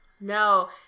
No